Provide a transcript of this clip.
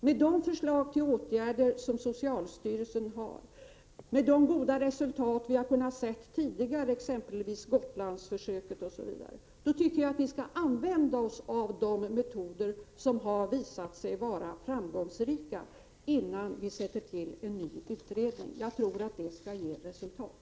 Med tanke på de förslag till åtgärder som socialstyrelsen har lagt fram och med tanke på de goda resultat som vi sett tidigare — Gotlandsförsöket t.ex. — tycker jag att vi, innan vi tillsätter en ny utredning, skall använda oss av de metoder som har visat sig vara framgångsrika. Jag tror att detta ger resultat.